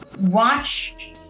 watch